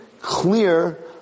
clear